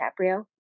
DiCaprio